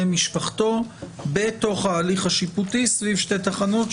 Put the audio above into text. משפחתו בתוך ההליך השיפוטי סביב שתי תחנות,